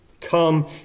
Come